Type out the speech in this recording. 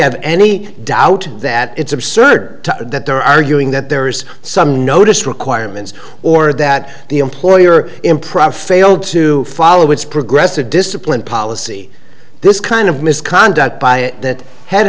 have any doubt that it's absurd that they're arguing that there is some notice requirements or that the employer improper failed to follow its progress to discipline policy this kind of misconduct by that head